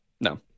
No